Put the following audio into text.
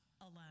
alone